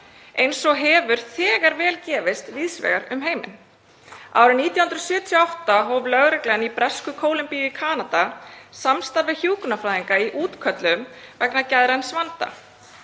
eins og hefur þegar gefist vel víðs vegar um heiminn. Árið 1978 hóf lögreglan í Bresku Kólumbíu í Kanada samstarf við hjúkrunarfræðinga í útköllum vegna geðræns vanda.